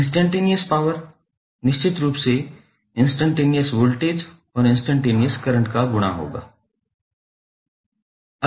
instantaneous power निश्चित रूप से इन्स्टैंटनेयस वोल्टेज और इन्स्टैंटनेयस करंट का गुणा होगा